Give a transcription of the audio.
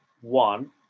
one